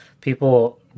people